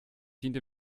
dem